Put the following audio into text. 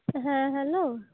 ᱦᱮᱸ ᱦᱮᱞᱳ